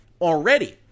already